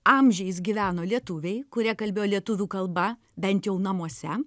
amžiais gyveno lietuviai kurie kalbėjo lietuvių kalba bent jau namuose